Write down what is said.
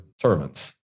servants